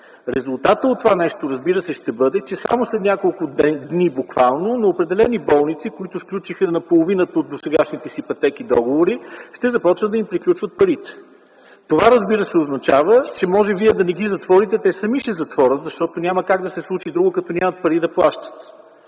Резултатът от това нещо ще бъде, че само след няколко дни буквално на определени болници, които сключиха договори на половината от досегашните си пътеки, ще започнат да им приключват парите. Това означава, че вие може да не ги затворите, те сами ще затворят, защото няма как да се случи друго, като нямат пари да плащат.